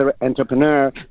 entrepreneur